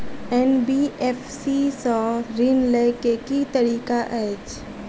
NBFC सँ ऋण लय केँ की तरीका अछि?